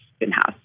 in-house